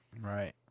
Right